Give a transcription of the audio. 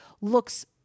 looks